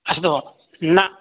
अस्तु न